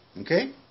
Okay